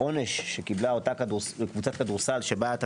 העונש שקיבלה אותה קבוצת כדורסל שבה הייתה